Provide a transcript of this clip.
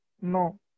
No